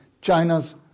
China's